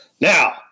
Now